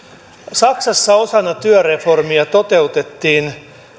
saksassa osana työreformia toteutettiin